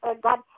God